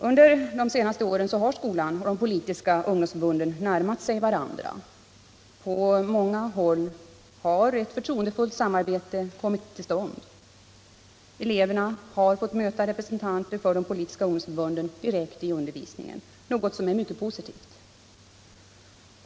Under de senaste åren har skolan och de politiska ungdomsförbunden närmat sig varandra. På många håll har ett förtroendefullt samarbete kommit till stånd. Eleverna har fått möta representanter för de politiska ungdomsförbunden direkt i undervisningen, något som är mycket positivt.